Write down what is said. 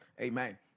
Amen